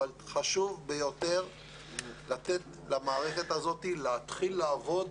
חשוב ביותר לתת למערכת הזאת להתחיל לעבוד